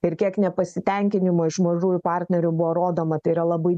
ir kiek nepasitenkinimo iš mažųjų partnerių buvo rodoma tai yra labai